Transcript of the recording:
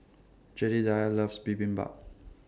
Jedidiah loves Bibimbap